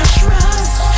trust